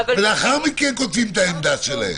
ולאחר מכן כותבים את העמדה שלהם.